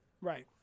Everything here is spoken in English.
Right